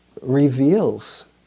reveals